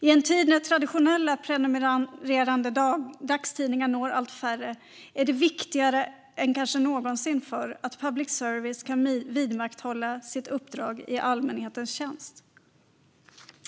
I en tid när traditionella dagstidningar med prenumeranter når allt färre är det kanske viktigare än någonsin förr att public service kan vidmakthålla sitt uppdrag i allmänhetens tjänst.